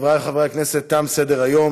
חברי חברי הכנסת, תם סדר-היום.